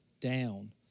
down